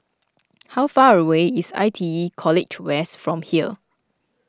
how far away is I T E College West from here